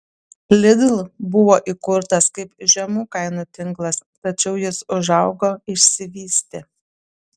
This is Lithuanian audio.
lidl buvo įkurtas kaip žemų kainų tinklas tačiau jis užaugo išsivystė